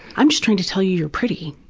i'm just trying to tell you you're pretty.